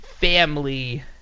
family